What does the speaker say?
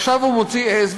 עכשיו הוא מוציא עז,